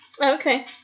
Okay